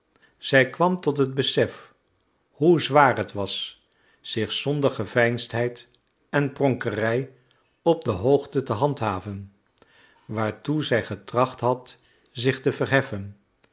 zij kwam tot het besef hoe zwaar het was zich zonder geveinsdheid en pronkerij op de hoogte te handhaven waartoe zij getracht had zich te verheffen